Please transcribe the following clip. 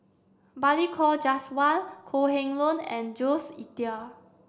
Balli Kaur Jaswal Kok Heng Leun and Jules Itier